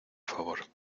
favor